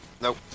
Nope